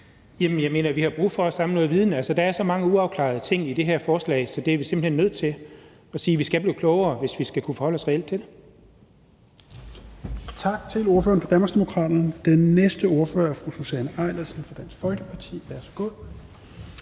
Jamen jeg mener, at vi har brug for at samle noget viden. Altså, der er så mange uafklarede ting i det her forslag, så vi er simpelt hen nødt til at sige, at vi skal blive klogere, hvis vi skal kunne forholde os reelt til det.